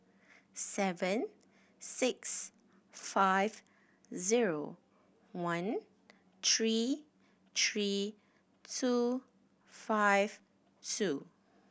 seven six five zero one three three two five two